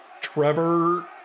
Trevor